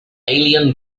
alien